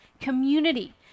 community